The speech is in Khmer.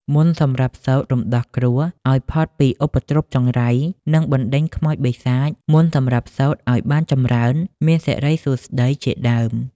មន្តសម្រាប់សូត្ររំដោះគ្រោះ ឱ្យផុតពីឧបទ្រពចង្រៃ និងបណ្ដេញខ្មោចបិសាច មន្តសម្រាប់សូត្រឱ្យបានចម្រើន មានសិរីសួស្ដី ជាដើម។